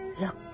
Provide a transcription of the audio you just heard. Look